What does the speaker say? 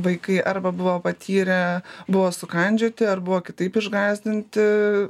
vaikai arba buvo patyrę buvo sukandžioti ar buvo kitaip išgąsdinti